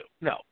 No